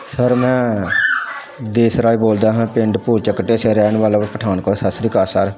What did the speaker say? sir ਮੈਂ ਦੇਸਰਾਜ ਬੋਲਦਾ ਹਾਂ ਪਿੰਡ ਭੂਲਚੱਕ ਢੇਸੀਆਂ ਰਹਿਣ ਵਾਲਾ ਪਠਾਨਕੋਟ ਸਤਿ ਸ਼੍ਰੀ ਅਕਾਲ ਸਰ